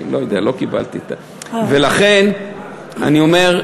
ולכן אני אומר: